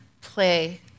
play